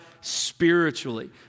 spiritually